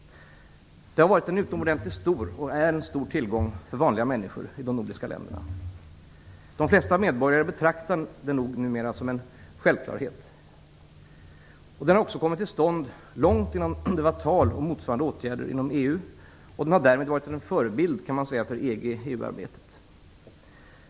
Den har varit och är en utomordentligt stor tillgång för vanliga människor i de nordiska länderna. De flesta medborgare betraktar den nog numera som en självklarhet. Den har också kommit till stånd långt innan det var tal om motsvarande åtgärder inom EU. Den har därmed, kan man säga, varit en förebild för EG-EU-arbetet.